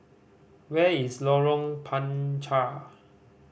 where is Lorong Panchar